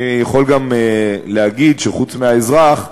אני יכול גם להגיד שחוץ מהאזרח,